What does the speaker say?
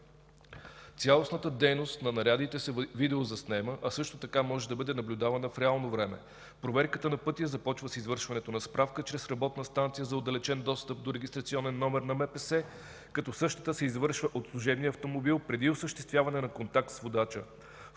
Цялостната дейност на нарядите се видеозаснема, а също така може да бъде наблюдавана в реално време. Проверката на пътя започва с извършването на справка чрез работна станция за отдалечен достъп до регистрационен номер на МПС, като същата се извършва от служебния автомобил преди осъществяване на контакт с водача.